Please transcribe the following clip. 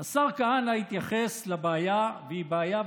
השר כהנא התייחס לבעיה שהיא בעיה,